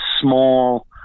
small